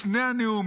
לפני הנאום,